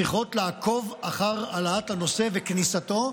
צריכים לעקוב אחר העלאת הנושא וכניסתו,